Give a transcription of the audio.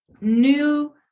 new